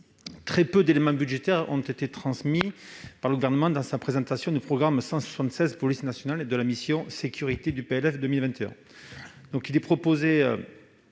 très peu d'éléments budgétaires ont été transmis par le Gouvernement dans sa présentation du programme 176, « Police nationale », de la mission « Sécurités » du PLF pour 2021. Nous proposons